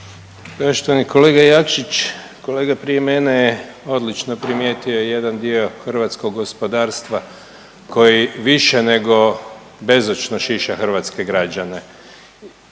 kolega Jakšić kolega prije mene je odlično primijetio jedan dio hrvatskog gospodarstva koji više nego bezočno šiša hrvatske građane.